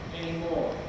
anymore